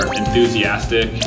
enthusiastic